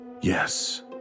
Yes